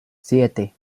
siete